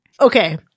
Okay